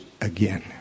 again